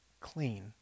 clean